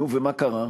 נו, ומה קרה?